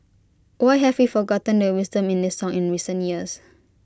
why have we forgotten the wisdom in this song in recent years